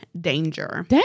Danger